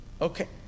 Okay